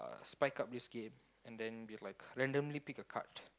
spike up this game and then be like randomly pick a card